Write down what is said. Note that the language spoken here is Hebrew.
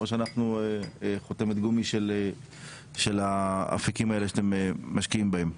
או שאנחנו חותמת גומי של האפיקים האלה שאתם משקיעים בהם?